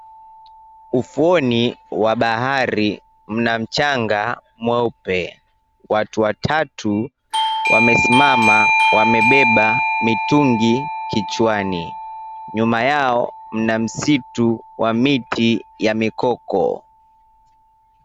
Ufuoni wa bahari mna mchanga mweupe. Watu watatu wamesimama wamebeba mitungi kichwani. Nyuma yao mna msitu wa miti ya mikoko.